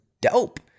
dope